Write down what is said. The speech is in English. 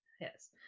yes